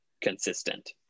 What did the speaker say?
consistent